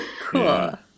Cool